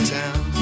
town